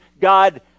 God